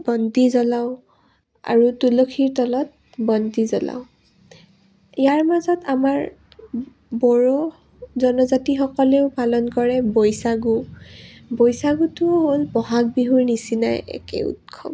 বন্তি জ্বলাওঁ আৰু তুলসীৰ তলত বন্তি জ্বলাওঁ ইয়াৰ মাজত আমাৰ বড়ো জনজাতিসকলেও পালন কৰে বৈচাগু বৈচাগুটো হ'ল বহাগ বিহুৰ নিচিনাই একে উৎসৱ